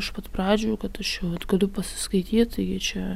iš pat pradžių kad aš čia vat galiu pasiskaityt taigi čia